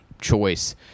choice